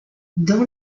dans